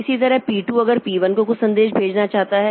इसी तरह पी 2 अगर पी 1 को कुछ संदेश भेजना चाहता है